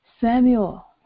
Samuel